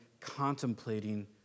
contemplating